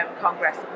Congress